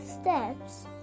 steps